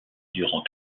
durant